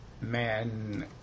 man